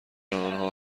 آنها